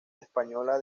española